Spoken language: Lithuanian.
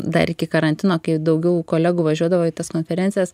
dar iki karantino kai daugiau kolegų važiuodavo į tas konferencijas